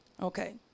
Okay